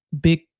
big